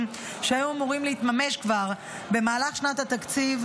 שהיו אמורים להתממש כבר במהלך שנת התקציב,